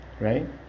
right